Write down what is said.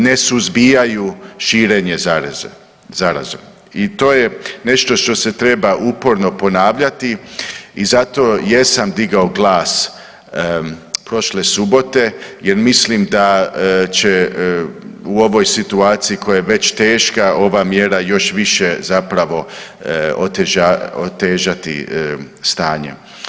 Ne suzbijaju širenje zaraze i to je nešto što se treba uporno ponavljati i zato jesam digao glas prošle subote, jer mislim da će u ovoj situaciji koja je već teška, ova mjera još više zapravo otežati stanje.